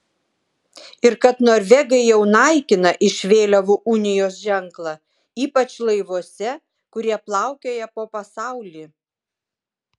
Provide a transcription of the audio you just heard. ir kad norvegai jau naikina iš vėliavų unijos ženklą ypač laivuose kurie plaukioja po pasaulį